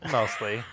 Mostly